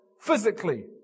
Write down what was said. physically